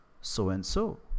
so-and-so